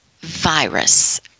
virus